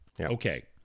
Okay